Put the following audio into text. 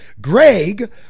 greg